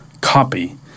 copy